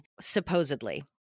supposedly